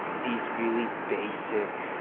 these really basic